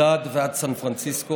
תודה רבה, השר אקוניס.